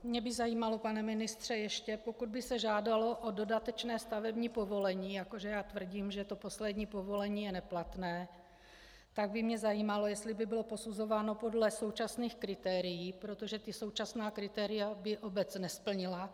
Mě by ještě zajímalo, pane ministře, pokud by se žádalo o dodatečné stavební povolení, jako že já tvrdím, že to poslední povolení je neplatné, tak by mě zajímalo, jestli by bylo posuzováno podle současných kritérií, protože současná kritéria by obec nesplnila.